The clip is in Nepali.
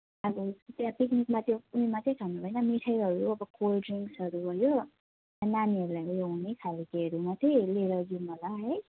अब त्यहाँ पिकनिकमा चाहिँ उयो मात्रै खानु होइन मिठाईहरू अब कोल्ड ड्रिङक्सहरू भयो अनि नानीहरूलाई उयो हुने खालकेहरू मात्रै लिएर जाउँ होला है